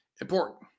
important